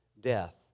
death